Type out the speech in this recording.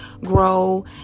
grow